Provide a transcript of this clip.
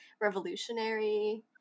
revolutionary